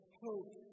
hope